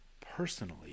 personally